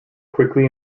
quickly